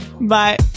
Bye